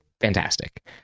fantastic